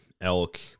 elk